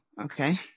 okay